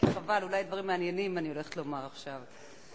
אולי אני הולכת לומר עכשיו דברים מעניינים.